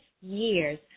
years